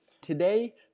Today